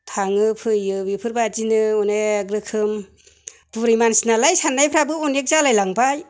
थाङो फैयो बेफोरबायदिनो अनेक रोखोम बुरै मानसि नालाय साननायफ्राबो अनेक जालायलांबाय